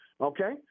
Okay